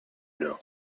know